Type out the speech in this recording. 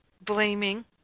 blaming